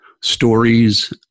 stories